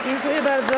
Dziękuję bardzo.